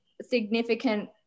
significant